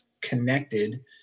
connected